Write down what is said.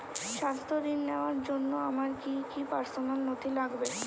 স্বাস্থ্য ঋণ নেওয়ার জন্য আমার কি কি পার্সোনাল নথি লাগবে?